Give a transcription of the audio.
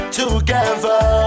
together